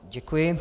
Děkuji.